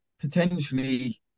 potentially